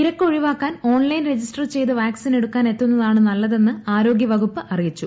തിരക്ക് ഒഴിവാക്കാൻ online register ചെയ്ത് വാക്സിനെടുക്കാൻ എത്തുന്നതാണ് നല്ലതെന്ന് ആരോഗ്യ വകുപ്പ് അറിയിച്ചു